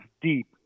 deep